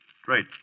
Straight